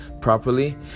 properly